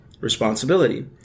responsibility